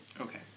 Okay